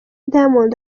diamond